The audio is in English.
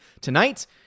tonight